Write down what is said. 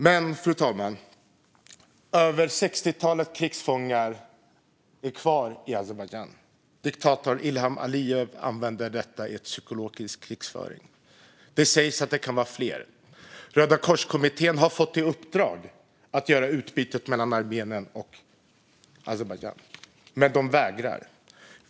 Men, fru talman, över 60 krigsfångar är kvar i Azerbajdzjan. Diktatorn Ilham Alijev använder detta i en psykologisk krigföring. Det sägs att det kan vara fler. Rödakorskommittén har fått i uppdrag att göra utbytet mellan Armenien och Azerbajdzjan, men de vägrar.